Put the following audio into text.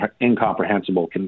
incomprehensible